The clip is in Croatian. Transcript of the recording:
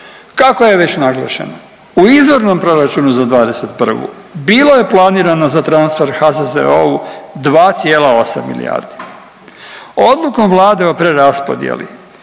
kako je već naglašeno u izvornom proračunu za '21. bilo je planirano za transfer HZZO-u 2,8 milijardi. Odlukom Vlade o preraspodijeli